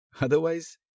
Otherwise